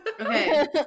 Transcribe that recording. okay